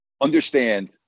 understand